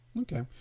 Okay